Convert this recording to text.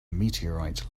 meteorite